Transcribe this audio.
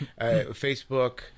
facebook